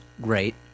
great